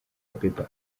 abeba